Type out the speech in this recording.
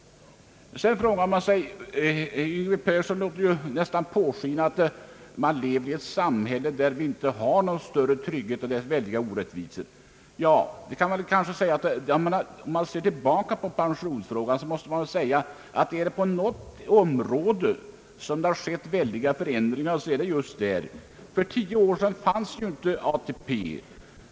Yngve Persson lät nästan påskina att man lever i ett samhälle där det inte finns någon större trygghet och där det råder väldiga orättvisor. Men om man ser tillbaka på pensionsfrågan måste man säga att om det skett stora förändringar på något område så är det just där. För tio år sedan fanns inte ATP.